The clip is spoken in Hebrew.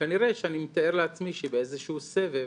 כנראה, אני מתאר לעצמי, שבאיזה שהוא סבב